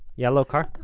yellow car?